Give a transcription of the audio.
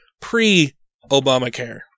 pre-Obamacare